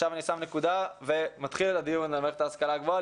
עכשיו אני שם נקודה ומתחיל הדיון על מערכת ההשכלה הגבוהה.